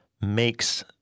makes